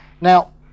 Now